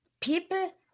people